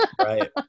right